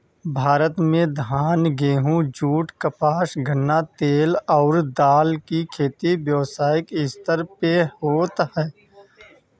भारत में धान, गेंहू, जुट, कपास, गन्ना, तेल अउरी दाल के खेती व्यावसायिक स्तर पे होत ह